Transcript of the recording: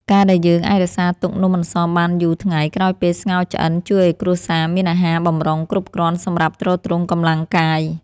ការដែលយើងអាចរក្សាទុកនំអន្សមបានយូរថ្ងៃក្រោយពេលស្ងោរឆ្អិនជួយឱ្យគ្រួសារមានអាហារបម្រុងគ្រប់គ្រាន់សម្រាប់ទ្រទ្រង់កម្លាំងកាយ។